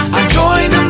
join